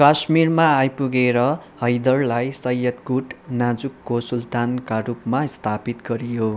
कश्मीरमा आइपुगेर हैदरलाई सय्यद गुट नाजुकको सुल्तानका रूपमा स्थापित गरियो